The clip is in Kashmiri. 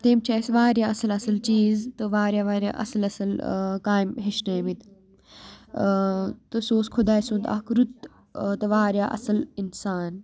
تٔمۍ چھِ اَسہِ واریاہ اَصٕل اَصٕل چیٖز تہٕ واریاہ واریاہ اَصٕل اَصٕل کامہِ ہیٚچھنٲے مٕتۍ تہٕ سُہ اوس خۄداے سُنٛد اَکھ رُت تہٕ واریاہ اَصٕل اِنسان